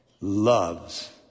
loves